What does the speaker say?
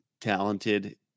talented